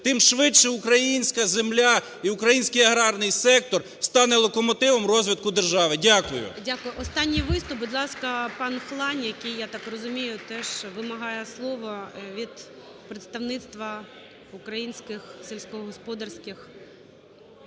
тим швидше українська земля і український аграрний сектор стане локомотивом розвитку держави. Дякую. ГОЛОВУЮЧИЙ. Останній виступ, будь ласка, пан Хлань, який, я так розумію, теж вимагає слова від представництва українських сільськогосподарських